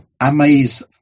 Amaze